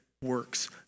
works